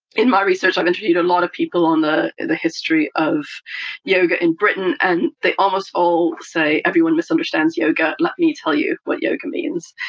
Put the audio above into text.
in my research i have interviewed a lot of people on the the history of yoga in britain and they almost all say, everyone misunderstands yoga, let me tell you what yoga means.